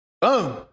boom